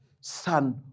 son